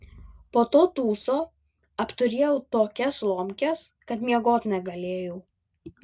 po to tūso apturėjau tokias lomkes kad miegot negalėjau